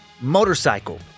motorcycle